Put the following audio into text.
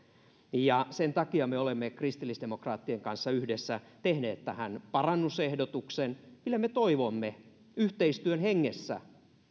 sen takia me olemme kristillisdemokraattien kanssa yhdessä tehneet tähän parannusehdotuksen mille me toivomme yhteistyön hengessä